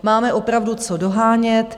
Máme opravdu co dohánět.